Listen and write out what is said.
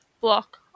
block